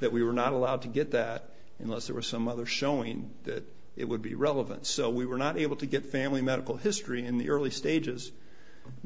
that we were not allowed to get that unless there were some other showing that it would be relevant so we were not able to get family medical history in the early stages